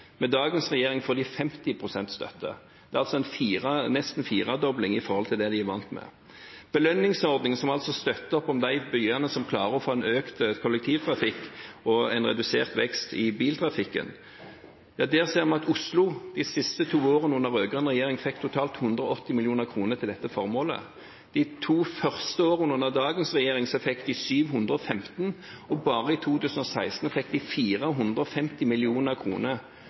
Med dagens regjering får de 50 pst. støtte. Det er altså nesten en firedobling i forhold til det de var vant med. I belønningsordningen, som altså støtter opp om de byene som klarer å få økt kollektivtrafikk og en redusert vekst i biltrafikken, ser vi at Oslo de siste to årene under rød-grønn regjering fikk totalt 180 mill. kr til dette formålet. De to første årene under dagens regjering fikk de 715 mill. kr, og bare i 2016 fikk de 450